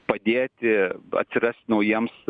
padėti atsirast naujiems